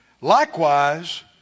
likewise